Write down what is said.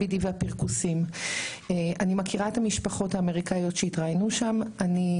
אני מכירה את המשפחות האמריקניות שהתראיינו שם,